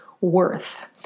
worth